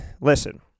listen